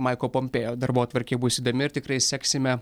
maiko pompėo darbotvarkė bus įdomi ir tikrai seksime